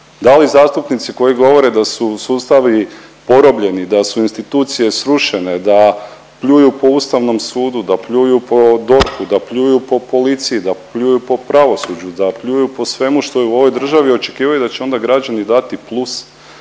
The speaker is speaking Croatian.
Da li zastupnici koji govore da su sustavi porobljeni, da su institucije srušene, da pljuju po Ustavnom sudu, da pljuju po DORH-u, da pljuju po policiji, da pljuju po pravosuđu, da pljuju po svemu što je u ovoj državi očekivaju da će onda građani dati plus.